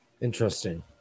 Interesting